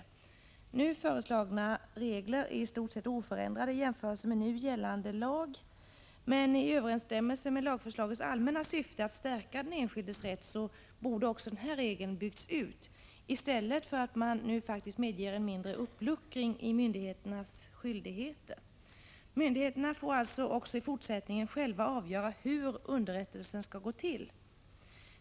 De nu föreslagna reglerna är i stort sett oförändrade jämfört med nu gällande lag, men i överensstämmelse med lagförslagets allmänna syfte att stärka den enskildes rätt borde också den här regeln ha bytts ut i stället för att man, som nu faktiskt sker, medger en mindre uppluckring av myndigheternas skyldigheter. Myndigheterna får nämligen också i fortsättningen avgöra hur själva underrättelsen skall gå till.